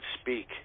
speak